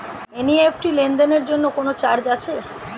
NEFT লেনদেনের জন্য কোন চার্জ আছে?